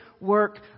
work